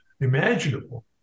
imaginable